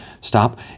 stop